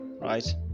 right